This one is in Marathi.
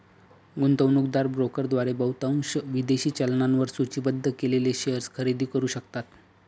गुंतवणूकदार ब्रोकरद्वारे बहुतांश विदेशी चलनांवर सूचीबद्ध केलेले शेअर्स खरेदी करू शकतात